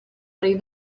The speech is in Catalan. rei